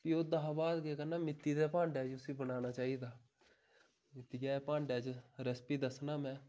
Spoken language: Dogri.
फ्ही ओह्दे हा बाद केह् करना मित्ती दे भांडे च उसी बनाना चाहिदा मित्तियै दे भांडे च रेस्पी दस्सना में